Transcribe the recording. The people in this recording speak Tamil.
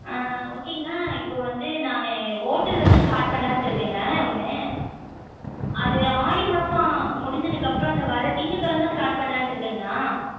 ஆ ஓகேங்கண்ணா இப்போது வந்து நான் ஹோட்டல் வந்து ஸ்டார்ட் பண்ணலான்ட்டு இருக்கேங்க ஒன்று அது ஆடி மாதம் முடிஞ்சதுக்கப்புறம் இந்த வர திங்கக்கெழம ஸ்டார்ட் பண்ணலான்ட்டு இருக்கேங்கண்ணா